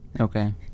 okay